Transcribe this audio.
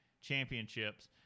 Championships